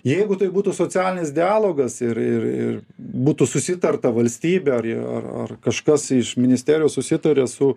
jeigu tai būtų socialinis dialogas ir ir ir būtų susitarta valstybių ar ar ar kažkas iš ministerijos susitarė su